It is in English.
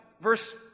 verse